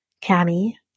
Canny